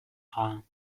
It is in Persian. خواهم